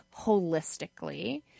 holistically